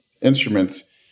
instruments